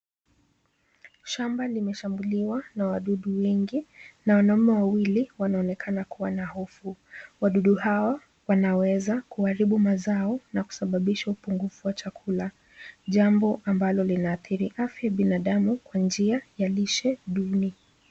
Shamba limeshambuliwa na wadudu wengi na wanaume wawili wanaonekana kuwa na hofu. Wadudu hawa wanaweza kuharibu mazao na kusababisha upungufu wa chakula, jambo ambalo linaathiri afya ya binadamu kwa njia ya lishe duni.